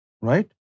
right